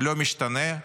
לא משתנה,